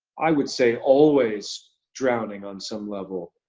i would say, always drowning on some level.